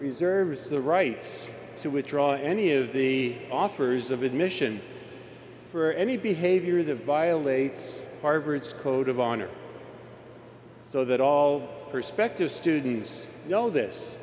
reserves the right to withdraw any of the offers of admission for any behavior that violates harvard's code of honor so that all perspective students know this